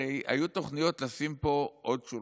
הרי היו תוכניות לשים פה עוד שולחן,